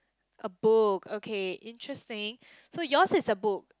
a book okay interesting so yours is a book